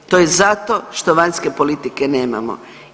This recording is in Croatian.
To je zato što vanjske politike nemamo.